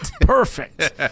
Perfect